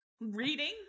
reading